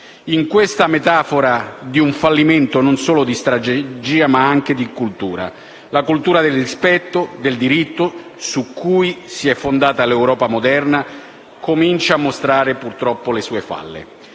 in quanto metafora di un fallimento non solo di strategia ma anche di cultura. La cultura del rispetto e del diritto, su cui si è fondata l'Europa moderna, comincia a mostrare le sue falle.